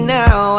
now